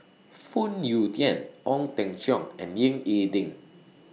Phoon Yew Tien Ong Teng Cheong and Ying E Ding